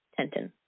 Tenton